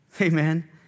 Amen